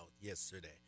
yesterday